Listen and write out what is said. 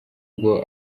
ubwo